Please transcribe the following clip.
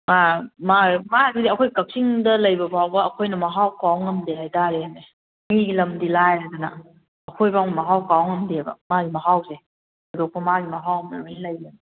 ꯑꯥ ꯃꯥ ꯃꯥ ꯑꯗꯨꯗꯤ ꯑꯩꯈꯣꯏ ꯀꯛꯆꯤꯡꯗ ꯂꯩꯕ ꯐꯥꯎꯕ ꯑꯩꯈꯣꯏꯅ ꯃꯍꯥꯎ ꯀꯥꯎ ꯉꯝꯗꯦ ꯍꯥꯏꯇꯥꯔꯦꯅꯦ ꯃꯤꯒꯤ ꯂꯝꯗꯤ ꯂꯥꯏꯔꯗꯅ ꯑꯩꯈꯣꯏꯐꯥꯎ ꯃꯍꯥꯎ ꯀꯥꯎ ꯉꯝꯗꯦꯕ ꯃꯥꯒꯤ ꯃꯍꯥꯎꯁꯦ ꯊꯣꯏꯗꯣꯛꯄ ꯃꯥꯒꯤ ꯃꯍꯥꯎ ꯑꯃ ꯂꯣꯏ ꯂꯩ